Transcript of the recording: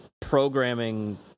programming